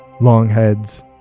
long-heads